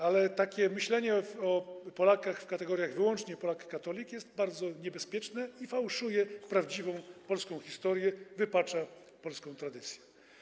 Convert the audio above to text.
Ale myślenie o Polakach w kategoriach wyłącznie Polak - katolik jest bardzo niebezpieczne i fałszuje prawdziwą polską historię, wypacza polską tradycję.